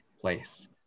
place